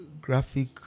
graphic